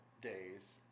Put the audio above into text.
days